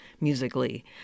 musically